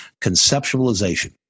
conceptualization